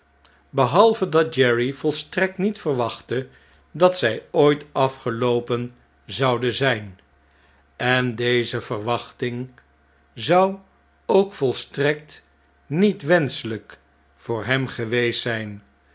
behalve dat jerry volstrekt niet verwachtte dat zjj ooit afgeloopen zouden zjjn en deze verwachting zou ook volstrekt niet wenscheljjk voor hem geweest zp